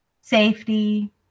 safety